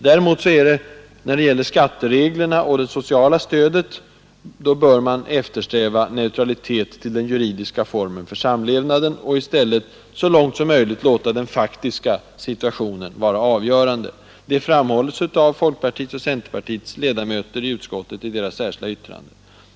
Däremot bör man när det gäller skattereglerna och det sociala stödet eftersträva neutralitet till den juridiska formen för samlevnaden, och i stället så långt möjligt låta den faktiska situationen vara avgörande. Det framhålls av folkpartiet och centerpartiets ledamöter i utskottet i deras särskilda yttrande.